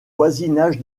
voisinage